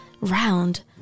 round